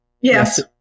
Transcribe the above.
Yes